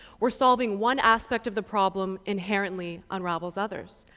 where solving one aspect of the problem inherently unravels others.